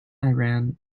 iran